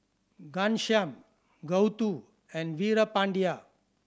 Ghanshyam Gouthu and Veerapandiya